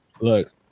Look